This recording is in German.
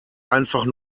einfach